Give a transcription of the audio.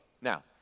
Now